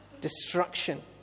destruction